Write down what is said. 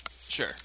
Sure